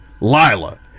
lila